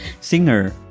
singer